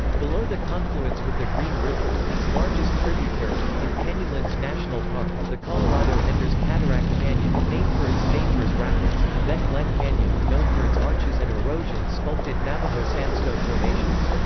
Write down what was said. below the confluence with the green river, its largest tributary, in canyonlands national park, the colorado enters cataract canyon, named for its dangerous rapids, and then glen canyon, known for its arches and erosion-sculpted navajo sandstone formations.